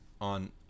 on